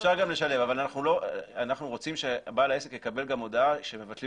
לשלב אבל אנחנו רוצים שבעל העסק יקבל הודעה שמבטלים